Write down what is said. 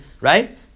right